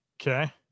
Okay